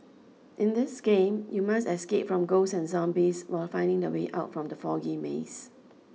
in this game you must escape from ghosts and zombies while finding the way out from the foggy maze